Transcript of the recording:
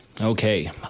Okay